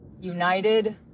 united